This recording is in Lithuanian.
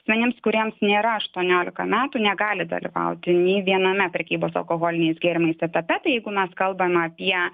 asmenims kuriems nėra aštuoniolikos metų negali dalyvauti nei viename prekybos alkoholiniais gėrimais etape tai jeigu mes kalbam apie